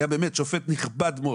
היה באמת שופט נכבד מאוד,